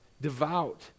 devout